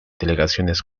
delegaciones